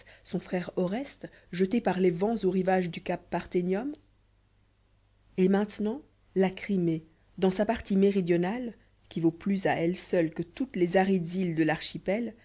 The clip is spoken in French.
son frère oreste jeté par les vents aux rivages du cap parthenium et maintenant la crimée dans sa partie méridionale qui vaut plus à elle seule que toutes les arides îles de l'archipel